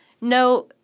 no